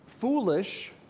foolish